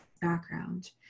background